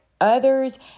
others